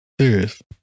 serious